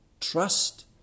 Trust